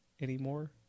Anymore